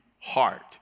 heart